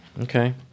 Okay